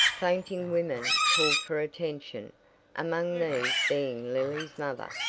fainting women called for attention among these being lily's mother.